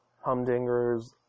Humdinger's